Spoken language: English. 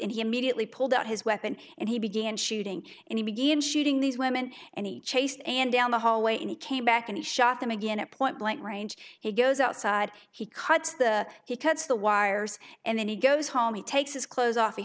immediately pulled out his weapon and he began shooting and he began shooting these women and he chased and down the hallway and he came back and shot them again at point blank range he goes outside he cuts the he cuts the wires and then he goes home he takes his clothes off he